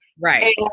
right